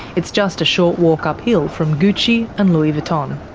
it's just a short walk uphill from gucci and louis vuitton.